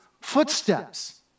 footsteps